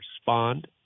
respond